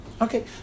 Okay